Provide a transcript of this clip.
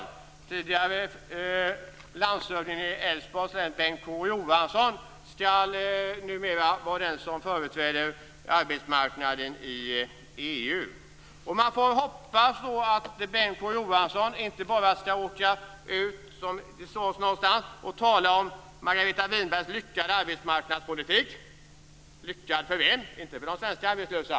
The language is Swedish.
Den tidigare landshövdingen i Älvsborgs län, Bengt K Å Johansson, skall numera vara den som företräder när det gäller arbetsmarknadsfrågor i EU. Man får då hoppas att Bengt K Å Johansson inte bara skall åka ut, som det sades någonstans, och tala om Margareta Winbergs lyckade arbetsmarknadspolitik. Lyckad för vem? Inte för de svenska arbetslösa.